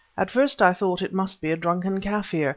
at first i thought it must be a drunken kaffir,